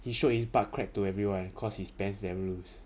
he showed his butt crack to everyone cause his pants damn lose